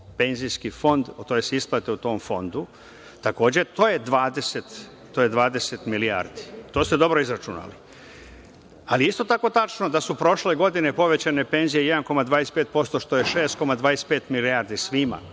penzijski fond tj. isplate u tom fondu. Takođe, to je 20 milijardi. To ste dobro izračunali, ali je isto tako tačno da su prošle godine povećane penzije 1,25%, što je 6,25 milijardi svima.